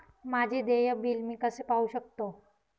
माझे देय बिल मी कसे पाहू शकतो?